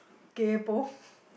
kaypo